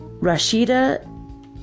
Rashida